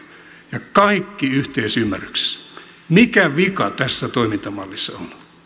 ja kaikki yhteisymmärryksessä mikä vika on tässä toimintamallissa